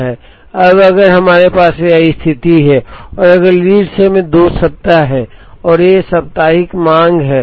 अब अगर हमारे पास यह स्थिति है और अगर लीड समय 2 सप्ताह है और ये साप्ताहिक मांग हैं